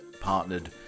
partnered